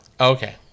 okay